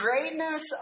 greatness